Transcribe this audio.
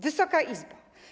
Wysoka Izbo!